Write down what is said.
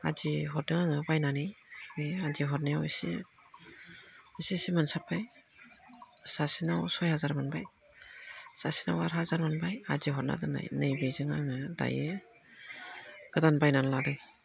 आदि हरदों आङो बायनानै आदि हरनायाव इसे इसे मोनसाब्बाय सासेनाव सय हाजार मोनबाय सासेनाव आद हाजार मोनबाय आदि हरना दोननाय नैबेजों आङो दायो गोदान बायनानै लादों